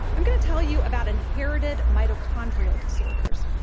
i'm going to tell you about inherited mitochondrial disorders,